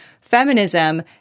feminism